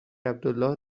عبدالله